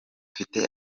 mfite